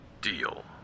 Deal